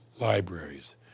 libraries